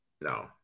No